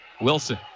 Wilson